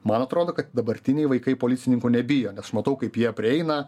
man atrodo kad dabartiniai vaikai policininkų nebijo nes matau kaip jie prieina